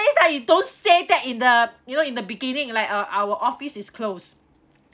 place ah you don't say that in the you know in the beginning like uh our office is close